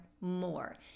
more